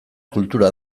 kultura